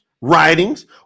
writings